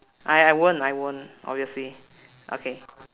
I I won't I won't obviously okay